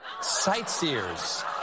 Sightseers